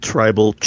Tribal